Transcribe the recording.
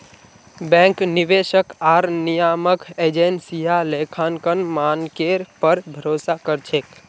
bank, निवेशक आर नियामक एजेंसियां लेखांकन मानकेर पर भरोसा कर छेक